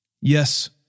Yes